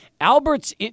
Albert's